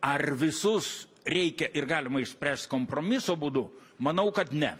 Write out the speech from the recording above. ar visus reikia ir galima išspręst kompromiso būdu manau kad ne